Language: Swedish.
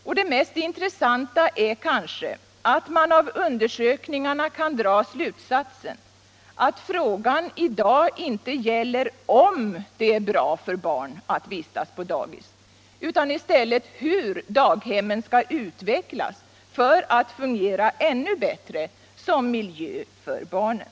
Och det mest intressanta är kanske att man av undersökningarna kan dra slutsatsen att frågan i dag inte gäller om det är bra för barn att vistas på ”dagis” utan i stället hur daghemmen skall utvecklas för att fungera ännu bättre som miljö för barnen.